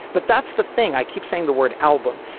but that's the thing i keep saying the word album.